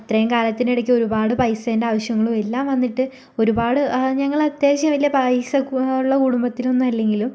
അത്രയും കാലത്തിനിടക്ക് ഒരുപാട് പൈസേൻ്റെ ആവശ്യങ്ങളും എല്ലാം വന്നിട്ട് ഒരുപാട് ഞങ്ങളത്യാവശ്യം വല്യ പൈസയുള്ള കുടുംബത്തിലൊന്നും അല്ലെങ്കിലും